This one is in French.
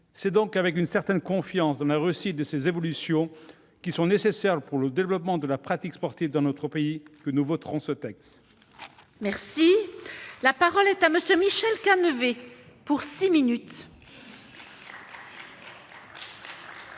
C'est donc avec une certaine confiance dans la réussite de ces évolutions, nécessaires pour le développement de la pratique sportive dans notre pays, que nous voterons ce texte. La parole est à M. Michel Canevet.